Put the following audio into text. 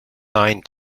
nine